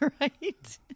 right